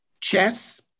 Chess